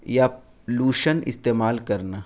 یا لوشن استعمال کرنا